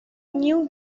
new